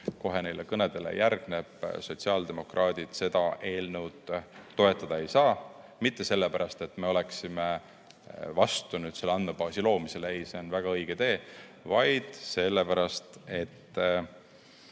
kohe nendele kõnedele järgneb, sotsiaaldemokraadid seda eelnõu toetada ei saa. Mitte sellepärast, et me oleksime vastu selle andmebaasi loomisele – ei, see on väga õige tee –, vaid sellepärast, et